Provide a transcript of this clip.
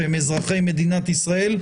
שהם אזרחי מדינת ישראל,